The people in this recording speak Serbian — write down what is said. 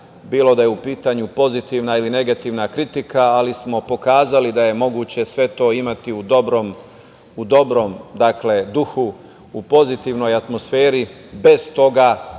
bilo da je u pitanju pozitivna ili negativna kritika, ali smo pokazali da je moguće sve to imati u dobrom duhu, u pozitivnoj atmosferi, bez toga da